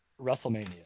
WrestleMania